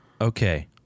Okay